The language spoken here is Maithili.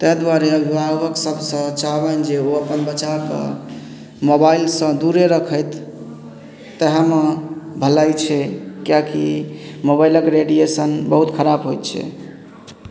ताहि दुआरे विभागक सबसँ चाहबनि जे ओ अपन बच्चाके मोबाइलसँ दूरे रखैत ताहिमे भलाइ छै किएकि मोबाइलक रेडियशन बहुत खराब होइ छै